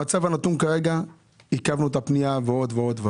המצב הנתון כרגע הוא שעיכבנו את הפנייה עוד ועוד.